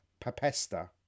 Papesta